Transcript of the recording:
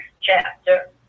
chapter